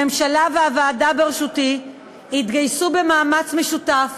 הממשלה והוועדה בראשותי התגייסו במאמץ משותף